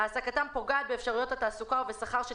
העסקתם פוגעת באפשרויות התעסוקה ובשכר של